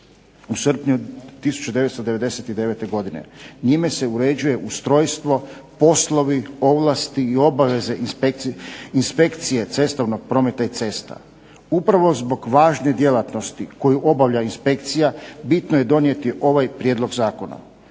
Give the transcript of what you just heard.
u srpnju 1999. godine njime se uređuje ustrojstvo, poslovi, ovlasti i obveze inspekcije cestovnog prometa i cesta. Upravo zbog važne djelatnosti koju obavlja inspekcija bitno je donijeti ovaj Prijedlog zakona.